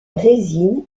résine